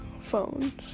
Phones